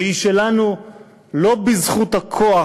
והיא שלנו לא בזכות הכוח.